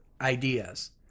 ideas